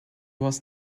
was